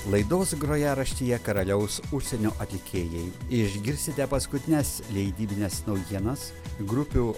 laidos grojaraštyje karaliaus užsienio atlikėjai išgirsite paskutines leidybines naujienas grupių